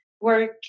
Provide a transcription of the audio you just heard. work